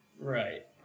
right